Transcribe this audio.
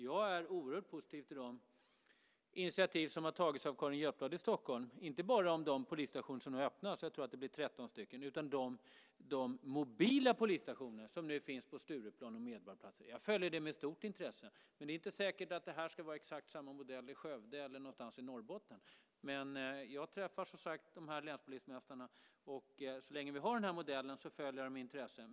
Jag är oerhört positiv till de initiativ som har tagits av Carin Götblad i Stockholm, inte bara i fråga om de polisstationer som är öppna - jag tror att det blir 13 - utan också i fråga om de mobila polisstationer som nu finns på Stureplan och Medborgarplatsen. Jag följer det med stort intresse. Men det är inte säkert att det ska vara exakt samma modell i Skövde eller någonstans i Norrbotten. Jag träffar de här länspolismästarna, som sagt, och så länge vi har den här modellen följer jag det med intresse.